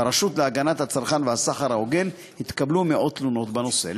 ברשות להגנת הצרכן והסחר ההוגן התקבלו מאות תלונות בנושא.